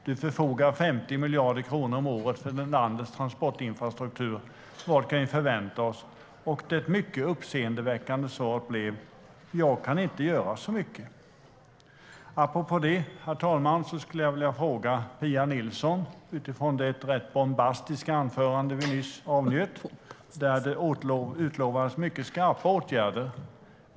Du förfogar över 50 miljarder kronor om året för landets transportinfrastruktur. Vad kan vi förvänta oss? Det mycket uppseendeväckande svaret blev alltså: Jag kan inte göra så mycket. Herr talman! Apropå det skulle jag vilja ställa en fråga till Pia Nilsson utifrån det rätt bombastiska anförande vi nyss avnjöt, där det utlovades mycket skarpa åtgärder.